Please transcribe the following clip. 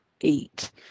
eat